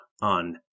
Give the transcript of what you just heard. on